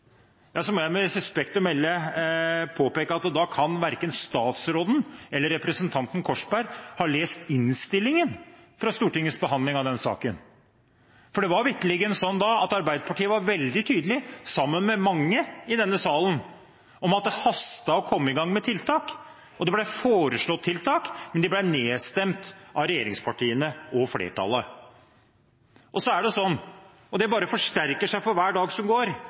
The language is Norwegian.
må jeg med respekt å melde påpeke at da kan verken statsråden eller representanten Korsberg ha lest innstillingen fra Stortingets behandling av denne saken. For det var vitterlig sånn at Arbeiderpartiet var veldig tydelig, sammen med mange i denne salen, på at det hastet å komme i gang med tiltak, og det ble foreslått tiltak, men de ble nedstemt av regjeringspartiene og flertallet. Så er det sånn, og det bare forsterker seg for hver dag som går,